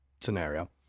scenario